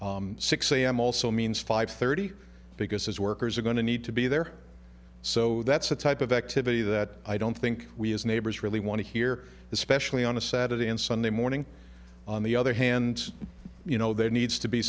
a six am also means five thirty because his workers are going to need to be there so that's the type of activity that i don't think we as neighbors really want to hear especially on a saturday and sunday morning on the other hand you know there needs to be